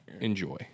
enjoy